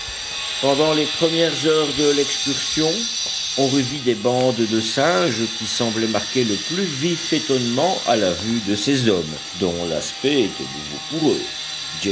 pendant les premières heures de l'excursion on revit des bandes de singes qui semblaient marquer le plus vif étonnement à la vue de ces hommes dont l'aspect était nouveau pour eux